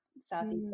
Southeast